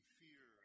fear